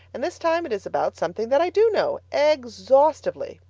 and this time it is about something that i do know exhaustively.